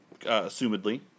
assumedly